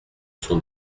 sont